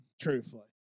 Truthfully